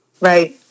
Right